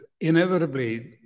inevitably